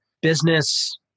business